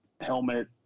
helmet